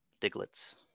diglets